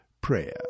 prayer